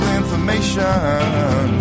information